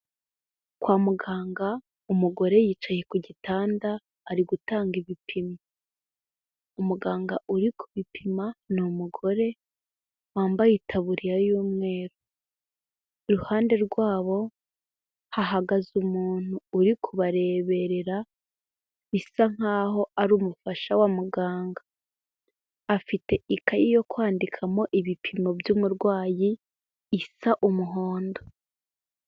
Kwa muganga umugore yicaye ku gitanda ari gutanga ibipimo. Umuganga uri kubipima ni umugore wambaye itaburiya y'umweru. Iruhande rwabo hahagaze umuntu uri kubareberera bisa nkaho ari umufasha wa muganga. Afite ikayi yo kwandikamo ibipimo by'umurwayi isa umuhondo.